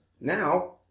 now